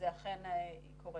היא אכן קורית.